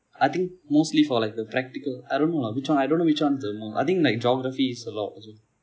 I think mostly for like the practical I don't know ah which one I don't know which one the more I think like geography is like a lot also